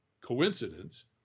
coincidence